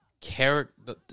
character